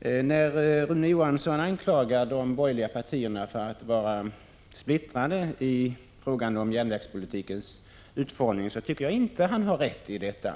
Rune Johansson anklagar de borgerliga partierna för att vara splittrade i fråga om järnvägspolitikens utformning, men jag tycker inte att han har rätt i det.